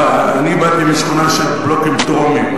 אני באתי משכונה של בלוקים טרומיים,